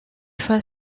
fois